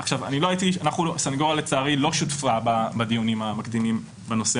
הסניגוריה לצערי לא שותפה בדיונים המקדימים בנושא